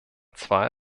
zwei